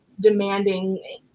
demanding